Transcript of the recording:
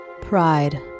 pride